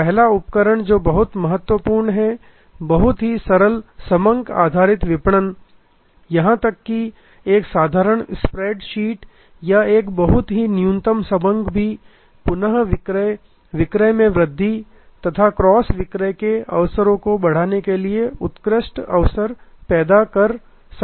पहला उपकरण जो बहुत महत्वपूर्ण है बहुत ही सरल समंक आधारित विपणन यहां तक कि एक साधारण स्प्रेड शीट या एक बहुत ही न्यूनतम समंक भी पुनः विक्रय विक्रय में वृद्धि तथा क्रॉस विक्रय के अवसरों को बढ़ाने के लिए एक उत्कृष्ट अवसर पैदा कर सकते है